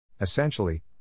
Essentially